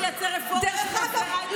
נראה אתכם.